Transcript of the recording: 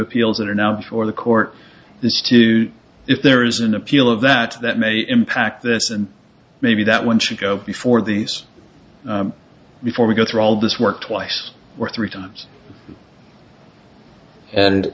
appeals that are now before the court is to if there is an appeal of that that may impact this and maybe that one should go before these before we go through all this work twice or three times and